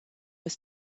was